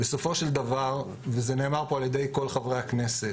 בסופו של דבר, וזה נאמר פה על ידי כל חברי הכנסת,